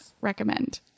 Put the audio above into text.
recommend